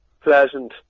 pleasant